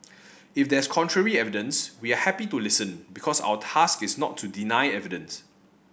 if there's contrary evidence we are happy to listen because our task is not to deny evidence